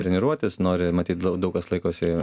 treniruotis nori matyt daug kas laikosi